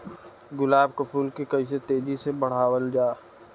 गुलाब क फूल के कइसे तेजी से बढ़ावल जा?